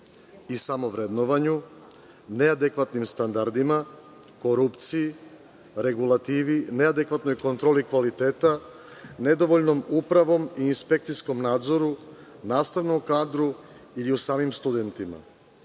i samovrednovanju, neadekvatnim standardima, korupciji, regulativi, neadekvatnoj kontroli kvaliteta, nedovoljnom upravom i inspekcijskom nadzoru, nastavnom kadru ili u samim studentima?